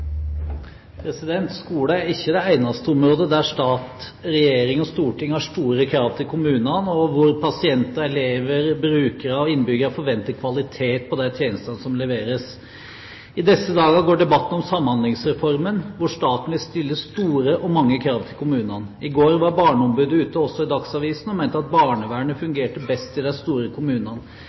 Skole er ikke det eneste området der stat, regjering og storting har store krav til kommunene, og hvor pasienter, elever, brukere og innbyggere forventer kvalitet på de tjenestene som leveres. I disse dager går debatten om Samhandlingsreformen, hvor staten vil stille store og mange krav til kommunene. I går var barneombudet ute i Dagsavisen og mente at barnevernet fungerte best i de store kommunene.